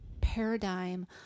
paradigm